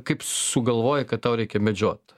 kaip sugalvojai kad tau reikia medžiot